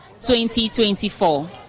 2024